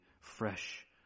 fresh